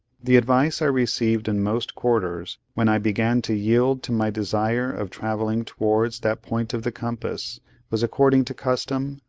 the advice i received in most quarters when i began to yield to my desire of travelling towards that point of the compass was, according to custom,